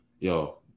yo